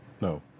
no